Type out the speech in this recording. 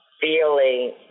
feeling